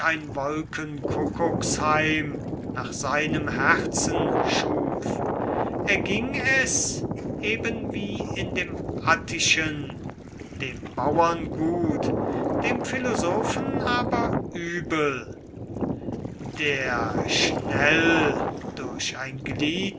ein wolkenkuckucksheim nach seinem herzen schuf erging es ebenwie in dem attischen dem bauern gut dem philosophen aber übel der schnell durch ein glied beweis